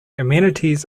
amenities